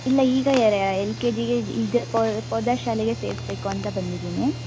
ಇಲ್ಲ ಈಗ ಎರೆ ಎಲ್ ಕೆ ಜಿಗೆ ಇದು ಪೋದರ್ ಶಾಲೆಗೆ ಸೇರಿಸ್ಬೇಕು ಅಂತ ಬಂದಿದ್ದೀನಿ